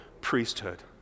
priesthood